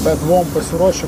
bet buvom pasiruošę